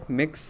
mix